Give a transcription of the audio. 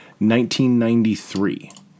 1993